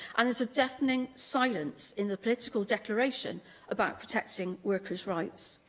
and there's a deafening silence in the political declaration about protecting workers' rights.